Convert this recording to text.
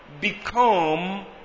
become